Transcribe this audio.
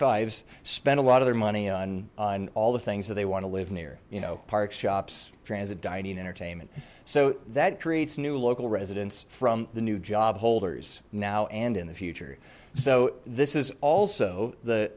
s spend a lot of their money on on all the things that they want to live near you know parks shops transit dining entertainment so that creates new local residents from the new job holders now and in the future so this is also the